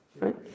right